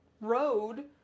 road